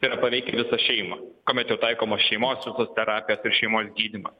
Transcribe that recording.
tai yra paveikę visą šeimą kuomet jau taikomos šeimos visos terapijos ir šeimos gydymas